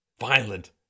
violent